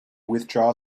withdraw